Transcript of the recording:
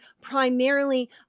primarily